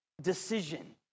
decision